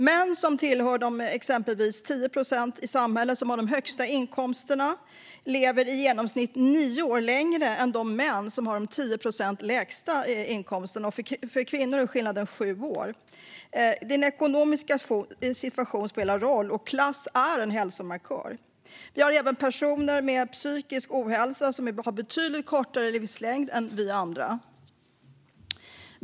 Exempelvis lever de män som tillhör de 10 procent i samhället som har de högsta inkomsterna i genomsnitt nio år längre än de män som har de 10 procent lägsta inkomsterna. För kvinnor är skillnaden sju år. Din ekonomiska situation spelar roll, och klass är en hälsomarkör. Vi har även personer med psykisk ohälsa, som har betydligt kortare livslängd än vi andra.